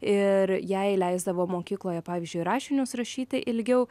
ir jai leisdavo mokykloje pavyzdžiui rašinius rašyti ilgiau